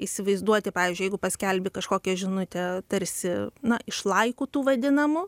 įsivaizduoti pavyzdžiui jeigu paskelbi kažkokią žinutę tarsi iš laikų tų vadinamų